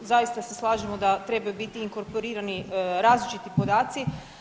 Zaista se slažemo da trebaju biti inkorporirani različiti podaci.